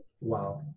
Wow